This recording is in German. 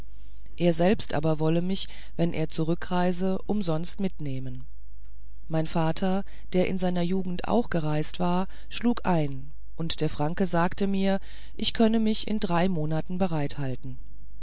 er selbst aber wolle mich wenn er zurückreise umsonst mitnehmen mein vater der in seiner jugend auch gereist war schlug ein und der franke sagte mir ich könne mich in drei monaten